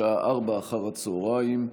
בשעה 16:00,